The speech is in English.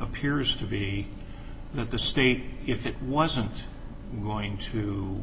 appears to be not the state if it wasn't going to